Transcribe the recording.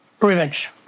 revenge